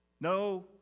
no